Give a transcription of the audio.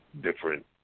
different